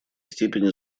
степени